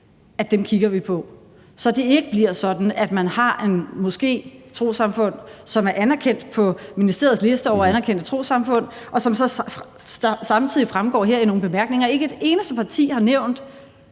Danmark, kigger vi på, så det ikke bliver sådan, at man har en moské, et trossamfund, som er anerkendt på ministeriets liste over anerkendte trossamfund, og som så samtidig fremgår her i nogle bemærkninger? Ikke et eneste parti har nævnt